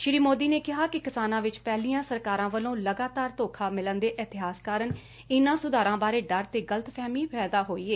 ਸ੍ਰੀ ਮੋਦੀ ਨੇ ਕਿਹਾ ਕਿ ਕਿਸਾਨਾਂ ਵਿਚ ਪਹਿਲੀਆਂ ਸਰਕਾਰਾਂ ਵਲੋਂ ਲਗਾਤਾਰਰ ਧੋਖਾ ਮਿਲਣ ਦੇ ਇਤਿਹਾਸ ਕਾਰਨ ਇਹਂਨਾਂ ਸੁਧਾਰਾਂ ਬਾਰੇ ਡਰ ਤੇ ਗਲਤਫਹਿਮੀ ਪੈਦਾ ਹੋਈ ਏ